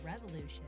revolution